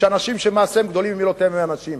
שאנשים שמעשיהם גדולים ממילותיהם הם אנשים.